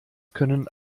können